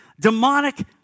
Demonic